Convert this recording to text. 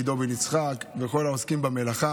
עידו בן יצחק וכל העוסקים במלאכה,